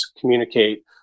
communicate